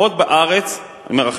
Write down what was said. אני אומר,